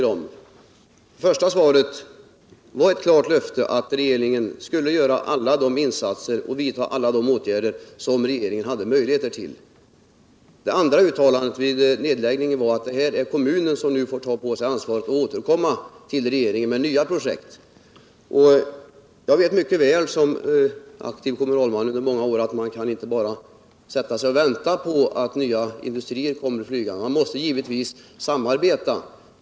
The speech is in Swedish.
Det första svaret var ett klart löfte att regeringen skulle göra alla de insatser och vidta alla de åtgärder som regeringen hade möjligheter till. Det andra uttalandet, som skedde i samband med nedläggningen, var att kommunen fick ta på sig ansvaret och återkomma till regeringen med nya projekt. Som aktiv kommunalman under många år vet jag mycket väl att kommunen inte bara kan sätta sig och vänta på att nya industrier kommer flygande, utan man måste givetvis samarbeta.